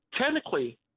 technically